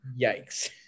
Yikes